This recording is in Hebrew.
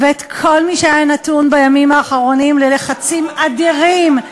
ואת כל מי שהיה נתון בימים האחרונים ללחצים אדירים,